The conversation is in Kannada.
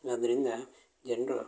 ಆದ್ದರಿಂದ ಜನರು